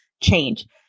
change